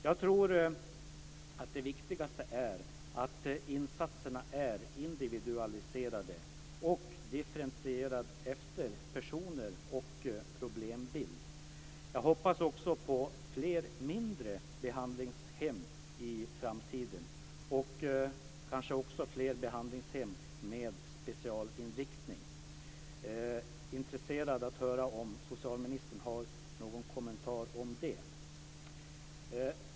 Jag tror att det viktigaste är att insatserna är individualiserade och differentierade efter person och problembild. Jag hoppas också på fler mindre behandlingshem i framtiden och kanske också fler behandlingshem med specialinriktning. Jag är intresserad av att höra om socialministern har någon kommentar om det.